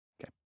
Okay